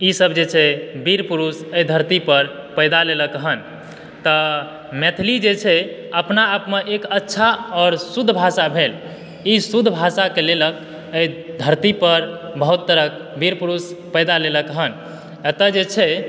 ईसभ जे छै वीर पुरुष एहि धरतीपर पैदा लेलक हन तऽ मैथिली जे छै अपनाआपमऽ एक अच्छा आओर शुद्ध भाषा भेल ई शुद्ध भाषाकऽ लेलक एहि धरती पर बहुत तरहक वीर पुरुष पैदा लेलक हन अतय जे छै